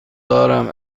دارم